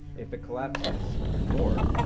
if it collapses more,